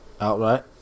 outright